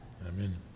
Amen